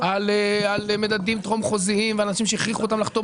על מדדים טרום חוזיים ואנשים שהכריחו אותם לחתום